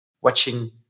watching